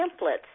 templates